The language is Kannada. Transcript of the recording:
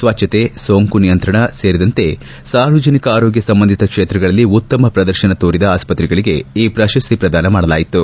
ಸ್ವಚ್ಛತೆ ಸೋಂಕು ನಿಯಂತ್ರಣ ಸೇರಿದಂತೆ ಸಾರ್ವಜನಿಕ ಆರೋಗ್ಯ ಸಂಬಂಧಿತ ಕ್ಷೇತ್ರಗಳಲ್ಲಿ ಉತ್ತಮ ಪ್ರದರ್ಶನ ತೋರಿದ ಆಸ್ವತ್ತೆಗಳಗೆ ಈ ಪ್ರಶಸ್ತಿ ಪ್ರದಾನ ಮಾಡಲಾಯಿತು